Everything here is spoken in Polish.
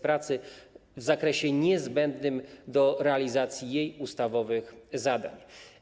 Pracy w zakresie niezbędnym do realizacji jej ustawowych zadań.